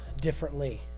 differently